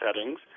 settings